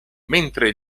mentre